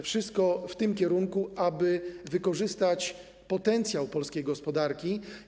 Wszystko zmierza w tym kierunku, aby wykorzystać potencjał polskiej gospodarki.